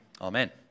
Amen